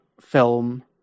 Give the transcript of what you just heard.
film